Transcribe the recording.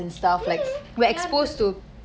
mmhmm ya absolutely